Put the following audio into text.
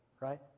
right